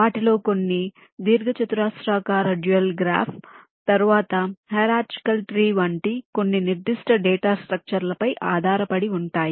వాటిలో కొన్ని దీర్ఘచతురస్రాకార డ్యూయల్ గ్రాఫ్ తరువాత హిరార్చికాల్ ట్రీ వంటి కొన్ని నిర్దిష్ట డేటా స్ట్రక్చర్ లపై ఆధారపడి ఉంటాయి